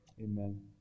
Amen